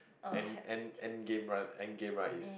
end end end game right end game right is